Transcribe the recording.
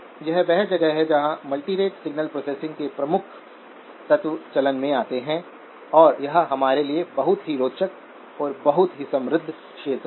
तो यह वह जगह है जहाँ मल्टीरेट सिग्नल प्रोसेसिंग के कुछ प्रमुख तत्व चलन में आते हैं और यह हमारे लिए बहुत ही रोचक और बहुत ही समृद्ध क्षेत्र है